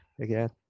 again